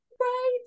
Right